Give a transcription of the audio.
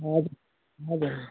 हजुर हजुर